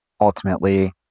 ultimately